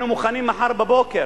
אנחנו מוכנים מחר בבוקר.